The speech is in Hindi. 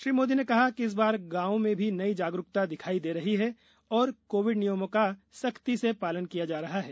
श्री मोदी ने कहा कि इस बार गांव में भी नई जागरूकता दिखाई दे रही है और कोविड नियमों का सख्ती से पालन किया जा रहा है